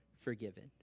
forgiven